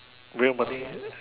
real money